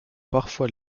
parfois